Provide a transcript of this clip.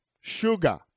sugar